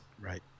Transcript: right